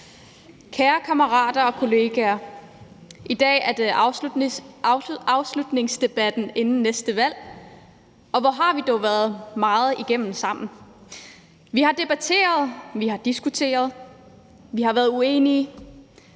Kære kammerater og kollegaer. I dag har vi afslutningsdebatten inden næste valg, og hvor har vi dog været meget igennem sammen. Vi har debatteret, vi har diskuteret, vi har været uenige,